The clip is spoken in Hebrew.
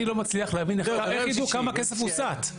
אני לא מצליח להבין, איך יידעו כמה כסף הוסט?